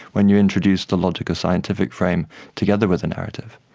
when you introduce the logic of scientific frame together with the narrative.